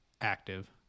active